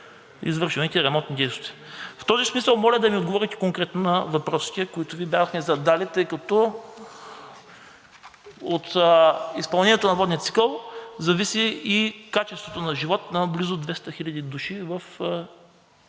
В този смисъл моля да ми отговорите конкретно на въпросите, които Ви бяхме задали, тъй като от изпълнението на водния цикъл зависи и качеството на живот на близо 200 хиляди души в